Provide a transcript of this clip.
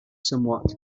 somewhat